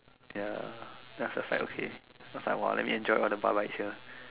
ya then I was just like their their sides okay their side !wah! let me enjoy all the bar life here